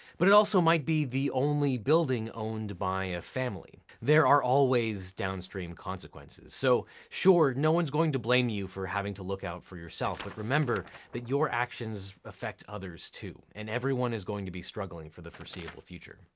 but it also might be the only building owned by a family. there are always downstream consequences. so, sure, no one's going to blame you for having to look out for yourself. but remember that your actions effect others too, and everyone is going to be struggling for the foreseeable future.